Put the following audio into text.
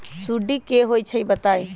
सुडी क होई छई बताई?